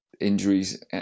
Injuries